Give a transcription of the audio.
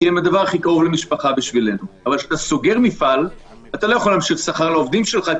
אם אתה סוגר מפעל אתה לא יכול להמשיך לשלם שכר לעובדים שלך.